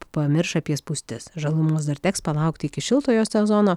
pamirš apie spūstis žalumos dar teks palaukti iki šiltojo sezono